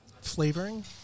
flavoring